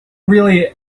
really